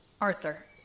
Arthur